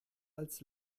als